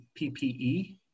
PPE